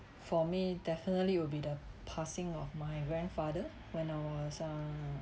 for me definitely it'll be the passing of my grandfather when I was uh